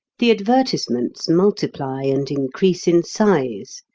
the advertisements multiply and increase in size.